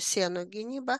sienų gynyba